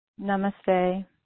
Namaste